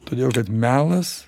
todėl kad melas